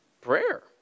prayer